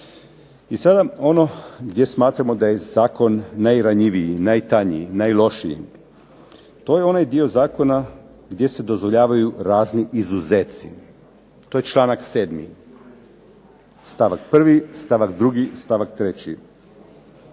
I sada ono gdje smatramo da je zakon najranjiviji, najtanji, najlošiji. To je onaj dio zakona gdje se dozvoljavaju razni izuzeci. To je članak 7. stavak 1., stavak 2., stavak 3.